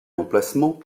emplacement